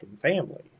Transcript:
family